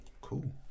Cool